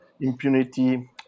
impunity